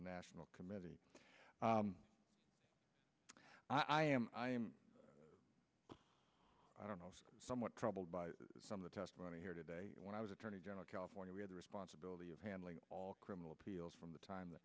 national committee i am i don't know somewhat troubled by some of the testimony here today when i was attorney general california we had the responsibility of handling all criminal appeals from the time that